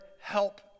help